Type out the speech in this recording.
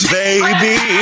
baby